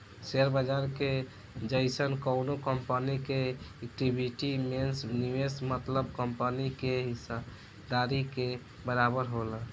share बाजार के जइसन कवनो कंपनी के इक्विटी में निवेश मतलब कंपनी के हिस्सेदारी के बराबर होला